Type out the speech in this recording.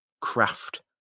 craft